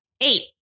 Eight